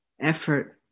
effort